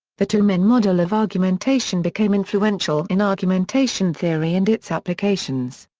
the toulmin model of argumentation became influential in argumentation theory and its applications.